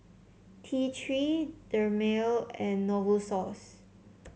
T Three Dermale and Novosource